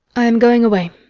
i am going away.